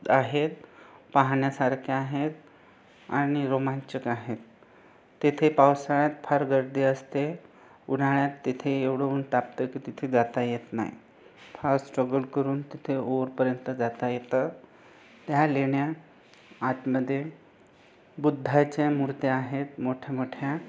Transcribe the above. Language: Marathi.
आहेत पाहण्यासाख्या आहेत आणि रोमांचक आहेत तेथे पावसाळ्यात फार गर्दी असते उन्हाळ्यात तेथे एवढं उन्ह तापतं की तिथे जाता येत नाही फार स्ट्रगल करुन तिथे वरपर्यंत जाता येतं त्या लेण्या आतमधे बुद्धाच्या मूर्त्या आहेत मोठ्यामोठ्या